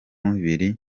biri